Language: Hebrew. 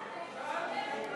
את אמרת,